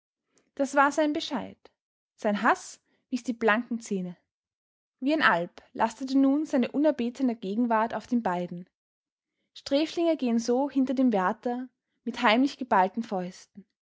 das war sein bescheid sein haß wies die blanken zähne wie ein alp lastete nun seine unerbetene gegenwart auf den beiden sträflinge gehen so hinter dem wärter mit heimlich geballten fäusten